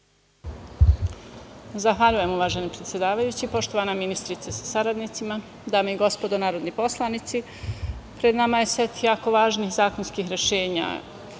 Zahvaljujem uvaženi predsedavajući. Poštovana ministrice sa saradnicima, dame i gospodo narodni poslanici, pred nama je set jako važnih zakonskih rešenja